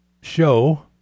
show